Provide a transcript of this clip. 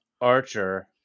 Archer